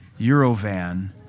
Eurovan